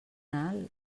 alt